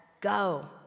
go